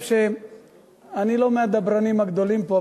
אני לא מהדברנים הגדולים פה,